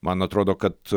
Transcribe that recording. man atrodo kad